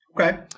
Okay